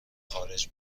خارج